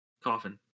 coffin